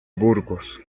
burgos